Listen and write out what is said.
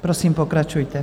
Prosím, pokračujte.